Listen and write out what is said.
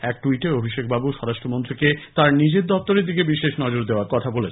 এক ট্যুইটে অভিষেকবাবু স্বরাষ্ট্রমন্ত্রীকে তাঁর নিজের দফতরের দিকে বিশেষ নজর দেওয়ার কথা বলেন